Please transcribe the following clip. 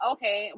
Okay